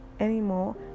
Anymore